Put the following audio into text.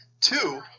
Two